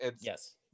yes